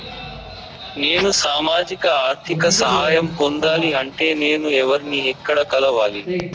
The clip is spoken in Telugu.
నేను సామాజిక ఆర్థిక సహాయం పొందాలి అంటే నేను ఎవర్ని ఎక్కడ కలవాలి?